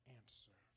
answer